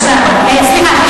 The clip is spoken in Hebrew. סליחה.